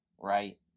right